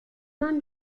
man